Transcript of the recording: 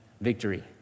victory